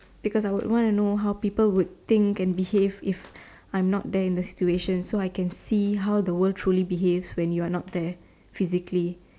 because I would want to know how people would think and behave if I'm not there in that situation so I can see how the world truly behaves when you're not there physically